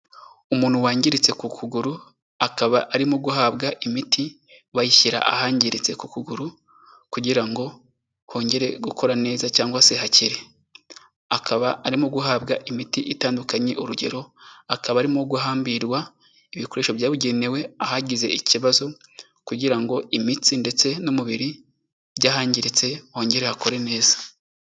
Umuntu wangiritse ku kuguru, akaba arimo guhabwa imiti, bayishyira ahangiritse ku kuguru, kugira ngo kongere gukora neza cyangwa se hakire. Akaba arimo guhabwa imiti itandukanye, urugero akaba arimo guhambirwa ibikoresho byabugenewe, ahagize ikibazo, kugira ngo imitsi ndetse n'umubiri byahangiritse hongere hakore neza.